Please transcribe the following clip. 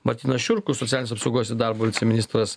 martynas šiurkus socialinės apsaugos ir darbo viceministras